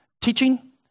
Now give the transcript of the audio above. teaching